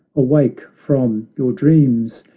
awake from your dreams,